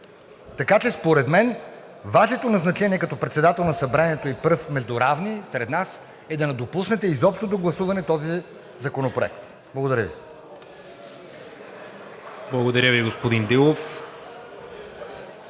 Така че според мен Вашето назначение като председател на Събранието и пръв между равни сред нас е да не допускате изобщо до гласуване този Законопроект. Благодаря Ви.